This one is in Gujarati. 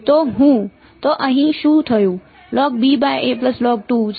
તો અહીં શું થયું